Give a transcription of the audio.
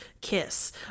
kiss